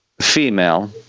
Female